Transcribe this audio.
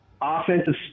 offensive